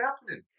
happening